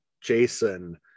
jason